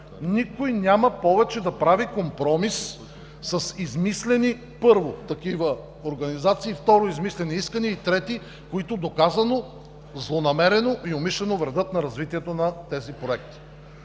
никой няма повече да прави компромис с, първо, с измислени организации, второ – с измислени искания, и, трето – които доказано злонамерено и умишлено вредят на развитието на тези проекти.